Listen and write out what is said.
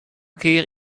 kear